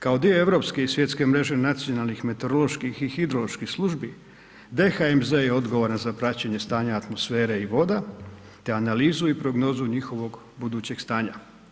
Kao dio europske i svjetske mreže nacionalnih meteoroloških i hidroloških službi, DHMZ je odgovoran za praćenje stanja atmosfere i voda te analizu i prognozu njihovog budućeg stanja.